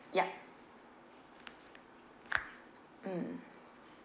yup mm